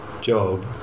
job